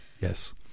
Yes